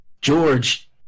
George